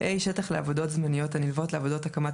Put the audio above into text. שטח לעבודות זמניות הנלוות לעבודות הקמת